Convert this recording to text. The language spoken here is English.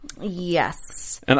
Yes